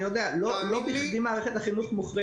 לא בכדי מערכת החינוך מוחרגת.